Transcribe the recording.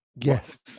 yes